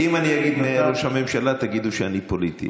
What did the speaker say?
אם אני אעיד נגד ראש הממשלה תגידו שאני פוליטי.